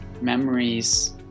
memories